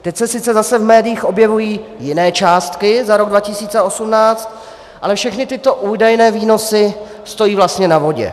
Teď se sice zase v médiích objevují jiné částky za rok 2018, ale všechny tyto údajné výnosy stojí vlastně na vodě.